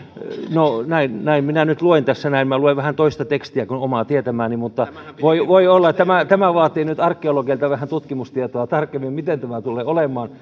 no näin näin minä nyt luen tässä näin minä luen vähän toista tekstiä kuin omaa tietämääni mutta voi voi olla että tämä vaatii nyt arkeologeilta vähän tarkempaa tutkimustietoa miten tämä tulee olemaan